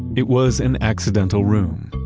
it was an accidental room.